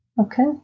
Okay